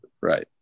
right